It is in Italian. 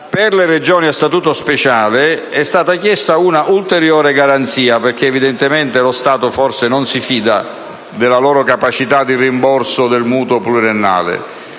Per le Regioni a statuto speciale e stata chiesta un’ulteriore garanzia, perche´ lo Stato evidentemente non si fida della loro capacitadi rimborso del mutuo pluriennale.